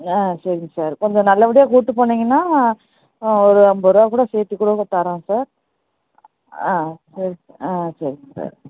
ஆ சரிங்க சார் கொஞ்சம் நல்ல படியாக கூபிட்டு போனீங்கன்னா ஒரு ஐம்பதுருவா கூட சேர்த்து கூட தரோம் சார் ஆ ஓகே ஆ சரிங்க சார்